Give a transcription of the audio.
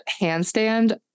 Handstand